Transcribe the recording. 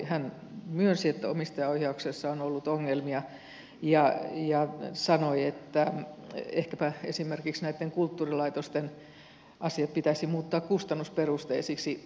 hänhän myönsi että omistajaohjauksessa on ollut ongelmia ja sanoi että ehkäpä esimerkiksi näitten kulttuurilaitosten asiat pitäisi muuttaa kustannusperusteisiksi